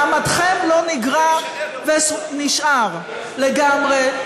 מעמדכם לא נגרע ונשאר לגמרי.